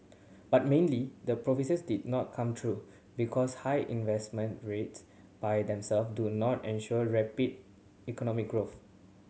but mainly the prophecies did not come true because high investment rates by themself do not ensure rapid economic growth